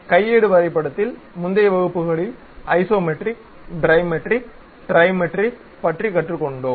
கையேடு வரைபடத்தில் முந்தைய வகுப்புகளில் ஐசோமெட்ரிக் டைமெட்ரிக் ட்ரைமெட்ரிக் பற்றி கற்றுக்கொண்டோம்